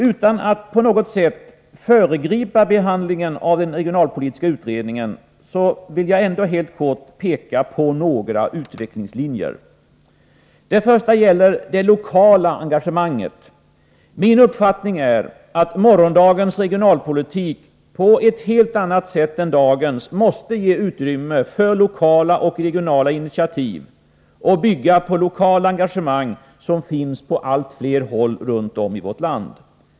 Utan att på något sätt föregripa behandlingen av den regionalpolitiska utredningen, vill jag helt kort peka på några utvecklingslinjer. Den första gäller det lokala engagemanget. Min uppfattning är att morgondagens regionalpolitik på ett helt annat sätt än dagens måste ge utrymme för lokala och regionala initiativ och bygga på det lokala engagemang som finns på allt fler håll runt om i vårt land.